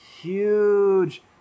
huge